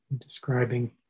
Describing